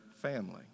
family